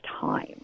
time